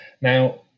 now